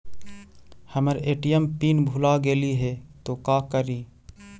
हमर ATM pin भूला गेली हे, तो का करि?